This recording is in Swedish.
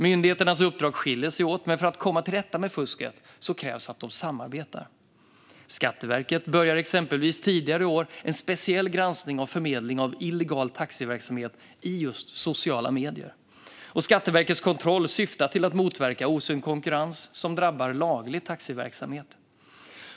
Myndigheternas uppdrag skiljer sig åt, men för att komma till rätta med fusket krävs att de samarbetar. Skatteverket påbörjade exempelvis tidigare i år en speciell granskning av förmedling av illegal taxiverksamhet i sociala medier. Skatteverkets kontroll syftar till att motverka osund konkurrens som drabbar laglig taxiverksamhet.